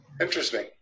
Interesting